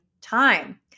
time